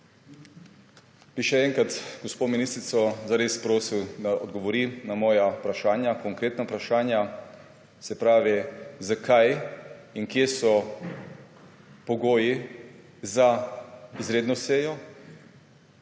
Bi še enkrat gospo ministrico zares prosil, da odgovori na moja vprašanja, konkretna vprašanja, se pravi, zakaj in kje so pogoji za izredno sejo.